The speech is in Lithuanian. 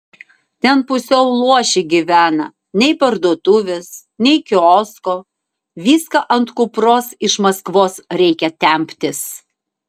ten pusiau luoši gyvena nei parduotuvės nei kiosko viską ant kupros iš maskvos reikia temptis